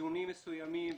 איזונים מסוימים.